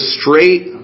straight